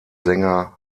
sänger